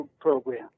program